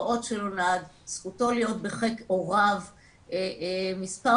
הפעוט שנולד זכותו להיות בחיק הוריו מספר